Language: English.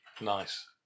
Nice